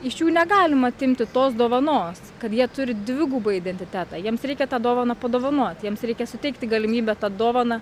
iš jų negalima atimti tos dovanos kad jie turi dvigubą identitetą jiems reikia tą dovaną padovanot jiems reikia suteikti galimybę ta dovana